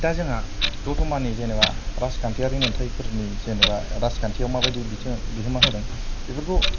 दा जोंहा दतमानि जेनेबा राजखान्थिआरि मोन्थाइफोरनि जेनेबा राजखान्थिआव माबायदि बिथोन बिहोमा होदों बेफोरखौ